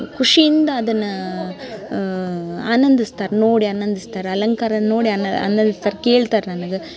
ಖುಷಿಯಿಂದ ಅದನ್ನು ಆನಂದಿಸ್ತಾರೆ ನೋಡಿ ಆನಂದಿಸ್ತಾರೆ ಅಲಂಕಾರ ನೋಡಿ ಆನಂದಿಸ್ತಾರೆ ಕೇಳ್ತಾರೆ ನನ್ಗೆ